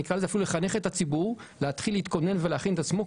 אפילו נקרא לזה כך לחנך את הציבור להתחיל להתכונן ולהכין את עצמו.